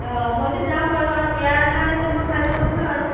অঁ মইতো যাম বাৰু আৰু বিয়াৰ কাৰণেতো মই সাজু হৈছোঁ আৰু